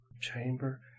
chamber